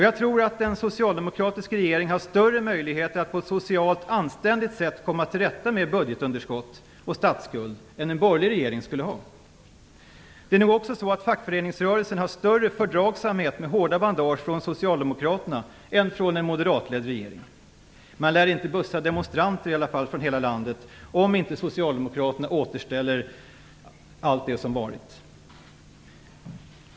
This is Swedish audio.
Jag tror att en socialdemokratisk regering har större möjligheter att på ett socialt anständigt sätt komma till rätta med budgetunderskott och statsskuld än vad en borgerlig regering skulle ha. Det är nog också så att fackföreningsrörelsen har större fördragsamhet med hårda bandage från Socialdemokraterna än från en moderatledd regering. Man lär i alla fall inte bussa demonstranter från hela landet om inte Socialdemokraterna återställer allt det som varit.